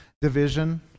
division